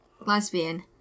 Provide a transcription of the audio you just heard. lesbian